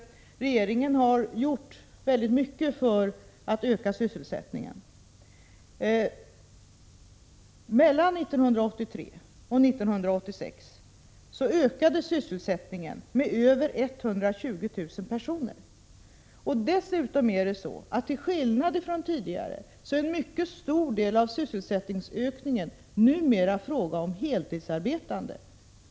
Regeringen har gjort väldigt mycket för att öka sysselsättningen. Mellan 1983 och 1986 ökade antalet sysselsatta med över 120 000 personer. Dessutom utgörs sysselsättningsökningen numera, till skillnad från tidigare, till mycket stor del av heltidsarbetande.